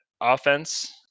offense